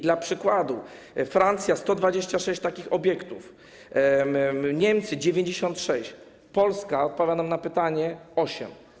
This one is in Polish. Dla przykładu: Francja - 126 takich obiektów, Niemcy - 96, Polska - odpowiadam na pytanie - osiem.